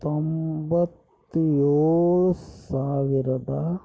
ತೊಂಬತ್ತೇಳು ಸಾವಿರದ